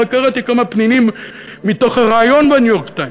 רק קראתי כמה פנינים מתוך הריאיון ב"ניו-יורק טיימס".